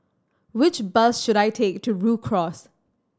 which bus should I take to Rhu Cross